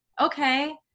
okay